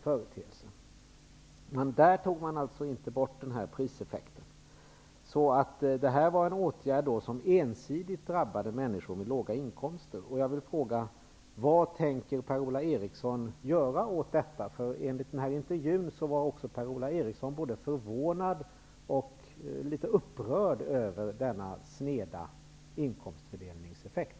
I det sammanhanget ville man inte ta bort denna priseffekt. Det är en åtgärd som ensidigt drabbar människor med låga inkomster. Vad tänker Per-Ola Eriksson göra åt detta? Enligt intervjun var Per-Ola Eriksson både förvånad och litet upprörd över denna sneda inkomstfördelningseffekt.